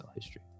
history